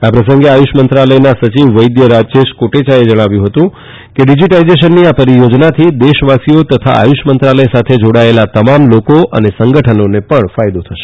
આ પ્રસંગે આયુષ મંત્રાલયના સચિવ વૈદ્ય રાજેશ કોટેયાએ જણાવ્યું હતું કે ડીજીટ્રાઇઝેશનની આ પરિયોજનાથી દેશવાસીઓ તથા આયુષ મંત્રાલય સાથે જાડાયેલા તમામ લોકો અને સંગ નોને પણ ફાયદો થશે